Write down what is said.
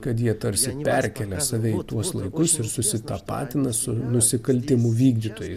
kad jie tarsi perkelia save į tuos laikus ir susitapatina su nusikaltimų vykdytojais